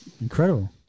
Incredible